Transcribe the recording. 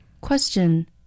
Question